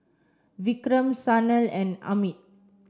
Vikram Sanal and Amit